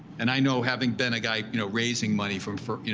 and i know, having been a guy you know raising money from firms,